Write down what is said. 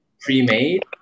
pre-made